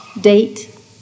Date